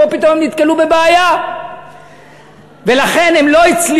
פה, פתאום הם נתקלו בבעיה, ולכן הם לא הצליחו.